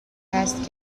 است